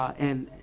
and